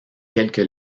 quelque